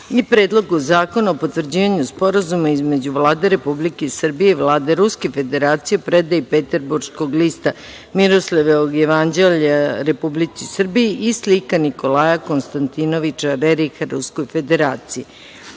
i Predlogu zakona o potvrđivanju Sporazuma između Vlade Republike Srbije i Vlade Ruske Federacije o predaji Peterburškog lista Miroslavljevog jevanđelja Republici Srbiji i slika Nikolaja Konstantinoviča Reriha Ruskoj Federaciji. Da